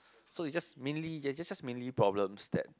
so it's just mainly just just mainly problems that